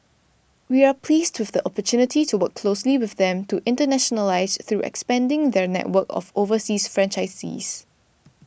we are pleased with the opportunity to work closely with them to internationalise through expanding their network of overseas franchisees